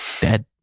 dead